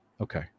Okay